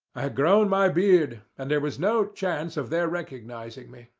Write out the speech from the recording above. i had grown my beard, and there was no chance of their recognizing me.